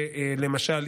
למשל,